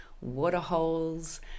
waterholes